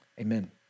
Amen